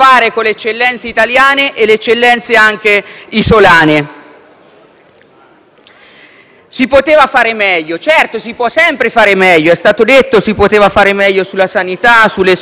Si poteva fare meglio. Certo, si può sempre fare meglio. È stato detto che si poteva fare meglio sulla sanità, sulle scuole e sui tribunali. Tutto vero.